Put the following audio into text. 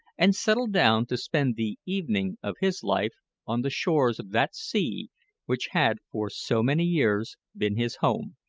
and settled down to spend the evening of his life on the shores of that sea which had for so many years been his home.